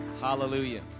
Hallelujah